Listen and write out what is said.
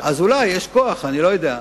אז אולי יש כוח, אני לא יודע.